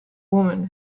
woman